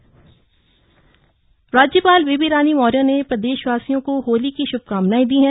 होली शुभकामनाएं राज्यपाल बेबी रानी मौर्य ने प्रदेशवासियों को होली की श्भकामनाएं दी हैं